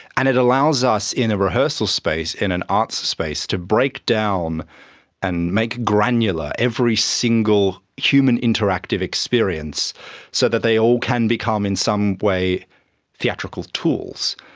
and it allows us in a rehearsal space, in an arts space, to break down and make granular every single human interactive experience so that they all can become in some way theatrical tools,